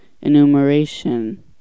enumeration